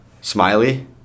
Smiley